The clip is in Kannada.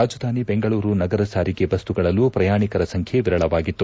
ರಾಜಧಾನಿ ಬೆಂಗಳೂರು ನಗರ ಸಾರಿಗೆ ಬಸ್ಗುಗಳಲ್ಲೂ ಪ್ರಯಾಣಿಕರ ಸಂಖ್ಯೆ ವಿರಳವಾಗಿತ್ತು